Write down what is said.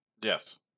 Yes